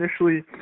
initially